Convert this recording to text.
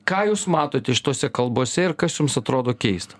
ką jūs matote šitose kalbose ir kas jums atrodo keista